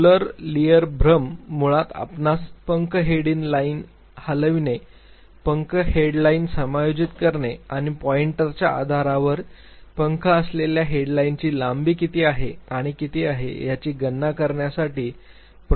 Mueller Lyer भ्रम मुळात आपणास पंख हेडिंग लाइन हलविणे पंख हेड लाइन समायोजित करणे आणि पॉईंटरच्या आधारावर पंख असलेल्या हेडलाइनची लांबी किती आहे किंवा किती आहे याची गणना करण्यासाठी प्रयोगकांच्या आधारे इच्छित होते